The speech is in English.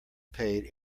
paid